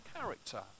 character